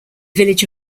village